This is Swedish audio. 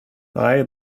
nej